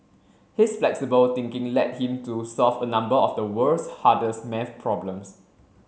his flexible thinking led him to solve a number of the world's hardest maths problems